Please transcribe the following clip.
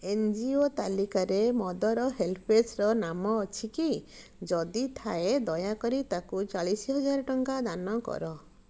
N G O ତାଲିକାରେ mother ହେଲ୍ପେଜ୍ର ନାମ ଅଛି କି ଯଦି ଥାଏ ଦୟାକରି ତାକୁ ଚାଳିଶ ହଜାର ଟଙ୍କା ଦାନ କର